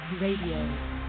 Radio